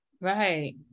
right